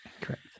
Correct